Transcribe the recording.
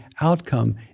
outcome